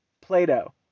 Plato